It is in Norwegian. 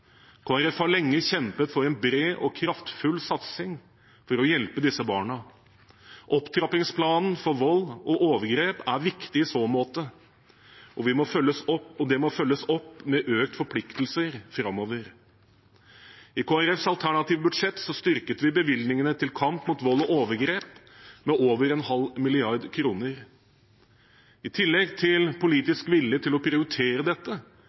Folkeparti har lenge kjempet for en bred og kraftfull satsing for å hjelpe disse barna. Opptrappingsplanen mot vold og overgrep er viktig i så måte, og det må følges opp med økt forpliktelse framover. I Kristelig Folkepartis alternative budsjett styrket vi bevilgningene til kamp mot vold og overgrep med over en halv milliard kroner. I tillegg til politisk vilje til å prioritere dette